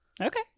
Okay